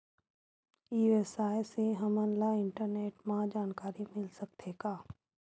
ई व्यवसाय से हमन ला इंटरनेट मा जानकारी मिल सकथे का?